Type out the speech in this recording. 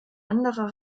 anderer